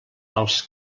els